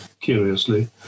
curiously